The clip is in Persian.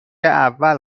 اول